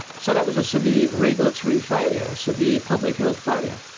so that was a severe regulatory failure, a severe public health failure.